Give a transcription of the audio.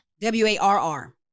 W-A-R-R